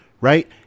right